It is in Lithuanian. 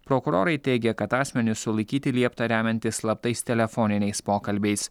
prokurorai teigia kad asmenis sulaikyti liepta remiantis slaptais telefoniniais pokalbiais